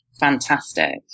fantastic